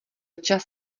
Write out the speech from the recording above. čas